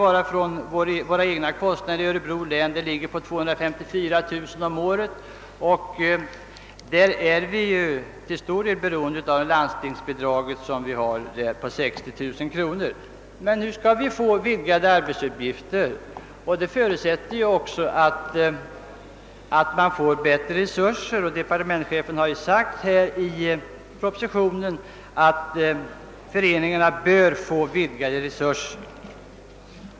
Jag kan peka på våra egna kostnader i Örebro län, som uppgick till 254 000 kronor förra året. Vi är till stor del beroende av det bidrag på 60 000 kronor som vi får från landstinget. Nu skall vi emellertid få vidgade arbetsuppgifter, och det förutsätter ju också att vi får bättre resurser. Departementschefen har i propositionen också uttalat att föreningarna bör få ökade resurser.